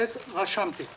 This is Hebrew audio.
ושנית רשמתי.